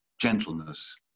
gentleness